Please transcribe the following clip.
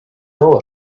know